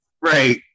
Right